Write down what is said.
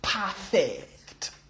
Perfect